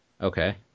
Okay